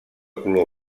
color